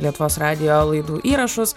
lietuvos radijo laidų įrašus